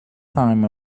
time